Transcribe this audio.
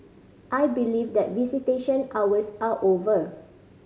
I believe that visitation hours are over